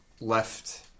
left